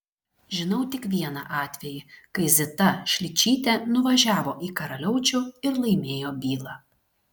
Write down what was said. žinau tik vieną atvejį kai zita šličytė nuvažiavo į karaliaučių ir laimėjo bylą